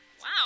Wow